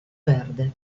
perde